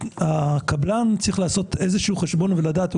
הקבלן צריך לעשות איזשהו חשבון ולדעת.